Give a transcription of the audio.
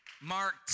Mark